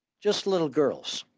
just little girls.